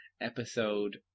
episode